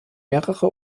mehrere